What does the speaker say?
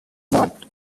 what